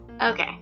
okay